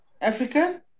Africa